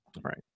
right